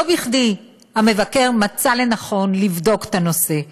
לא בכדי מצא המבקר לנכון לבדוק את הנושא,